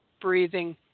breathing